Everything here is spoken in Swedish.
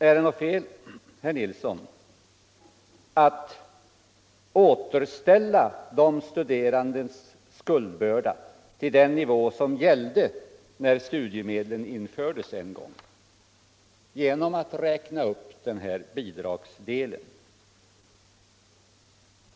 Är det något fel, herr Nilsson i Kristianstad, att återställa de studerandes skuldbörda till den nivå som gällde när studiemedlen en gång infördes genom att räkna upp bidragsdelen?